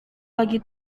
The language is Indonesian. bagi